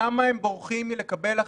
למה הם בורחים מלקבל אחריות,